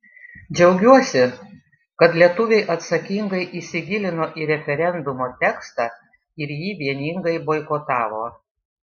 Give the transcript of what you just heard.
džiaugiuosi kad lietuviai atsakingai įsigilino į referendumo tekstą ir jį vieningai boikotavo